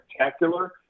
spectacular